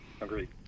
Agreed